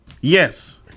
Yes